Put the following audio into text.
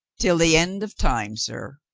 till the end of time, sir.